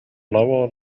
lower